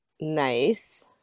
Nice